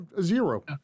zero